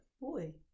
boy